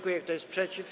Kto jest przeciw?